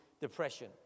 depression